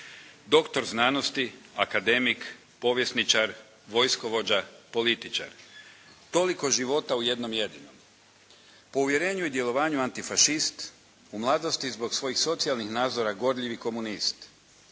Doktor znanosti, akademik, povjesničar, vojskovođa, političar. Toliko života u jednom jedinom. Po uvjerenju i djelovanju antifašist, u mladosti zbog svojih socijalnih nazora gorljivi komunist.